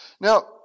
Now